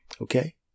okay